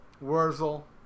Wurzel